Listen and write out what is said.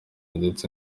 ndetse